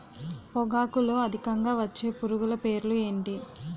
పొగాకులో అధికంగా వచ్చే పురుగుల పేర్లు ఏంటి